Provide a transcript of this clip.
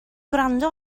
gwrando